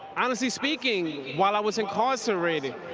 honestly speaking, while i was incarcerated,